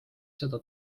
seda